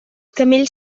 camells